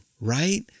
right